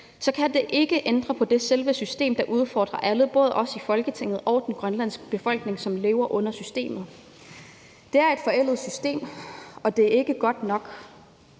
kan det ikke ændrer på selve det system, der udfordrer alle, både os i Folketinget og den grønlandske befolkning, som lever under systemet. Det er et forældet system, og det er ikke godt nok.